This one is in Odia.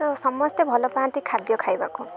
ତ ସମସ୍ତେ ଭଲ ପାଆନ୍ତି ଖାଦ୍ୟ ଖାଇବାକୁ